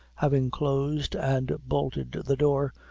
having closed and bolted the door,